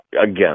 again